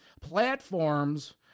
platforms